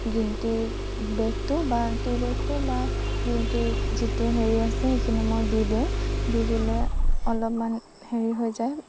green tea বেগটো বা tea বেগটো বা গ্ৰীণ টিৰ যিটো হেৰি আছে সেইখিনি মই দি দিওঁ দি দিলে অলপমান হেৰি হৈ যায়